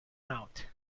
out